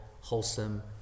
wholesome